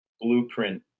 blueprint